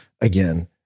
again